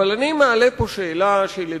אבל אני מעלה פה שאלה שהיא,